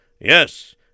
Yes